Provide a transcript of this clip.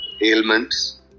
ailments